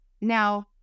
now